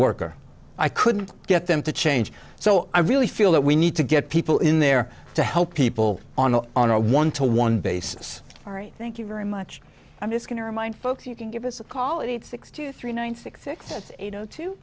worker i couldn't get them to change so i really feel that we need to get people in there to help people on on a one to one basis ari thank you very much i'm just going to remind folks you can give us a call at eight six to three nine hundred sixty eight zero two